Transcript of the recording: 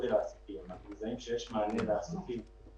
הוגשו 35,000 בקשות.